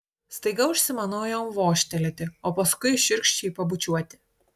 staiga užsimanau jam vožtelėti o paskui šiurkščiai pabučiuoti